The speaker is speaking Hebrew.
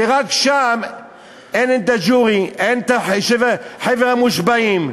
שרק בה אין jury, אין חבר מושבעים.